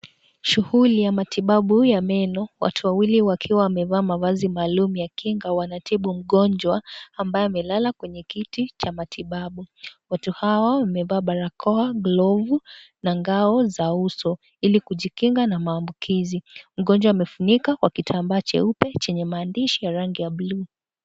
Shughuli ya matibabu ya meno watu wawili wakiwa wamevaa mavazi maalum ya kinga, wanatibu mgonjwa ambaye amelala kwenye kiti cha matibabu, watu hawa wamevaa barakoa glovu na ngao za uso iko kujikinga na maambukizi . Mgonjwa amefunikwa Kwa kitambaa jeupe yenye maandishi ya rangi ya bluu.